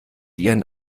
ihren